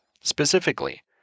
Specifically